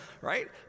right